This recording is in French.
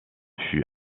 fut